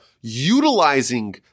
utilizing